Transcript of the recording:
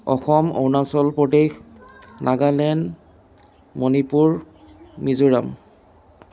Assam Arunachal Pradesh Nagaland Manipur Mizoram